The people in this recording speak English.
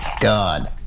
God